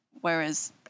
whereas